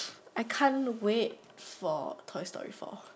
I can't wait for toy story four